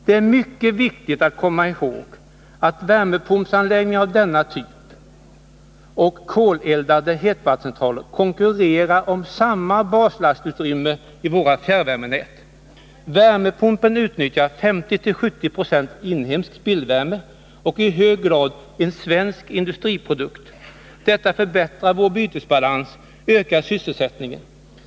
Det är mycket viktigt att komma ihåg att värmepumpanläggningar av denna typ och koleldade hetvattencentraler konkurrerar om samma ”baslastutrymme” i våra fjärrvärmenät, Värmepumpen utnyttjar 50-70 90 inhemsk spillvärme och är i hög grad en svensk industriprodukt. Detta förbättrar vår bytesbalans och ökar sysselsättningen.